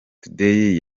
today